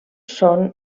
són